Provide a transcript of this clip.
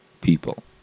people